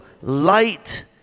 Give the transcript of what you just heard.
light